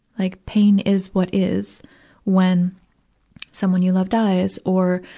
like pain is what is when someone you love dies or,